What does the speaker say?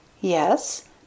Yes